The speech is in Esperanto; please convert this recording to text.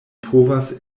povas